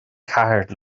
ceathair